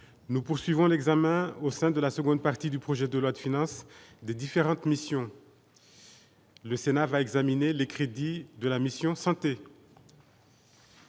nous poursuivons l'examen au sein de la seconde partie du projet de loi de finances des différentes commissions : le Sénat va examiner les crédits de la mission santé.